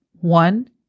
One